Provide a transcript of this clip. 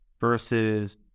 Versus